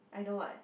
I know [what]